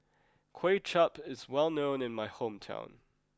Kuay Chap is well known in my hometown